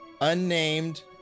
unnamed